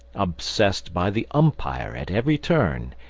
obsessed by the umpire at every turn,